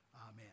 Amen